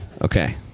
Okay